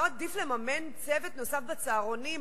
לא עדיף לממן צוות נוסף בצהרונים,